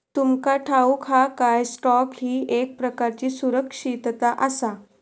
तुमका ठाऊक हा काय, स्टॉक ही एक प्रकारची सुरक्षितता आसा?